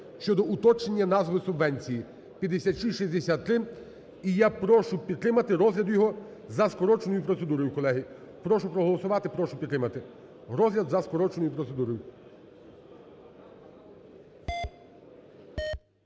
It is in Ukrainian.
щодо уточнення назви субвенції (5663). І я прошу підтримати розгляд його за скороченою процедурою, колеги. Прошу проголосувати. Прошу підтримати. Розгляд за скороченою процедурою.